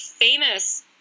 famous